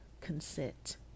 consent